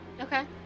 Okay